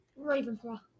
Ravenclaw